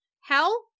hell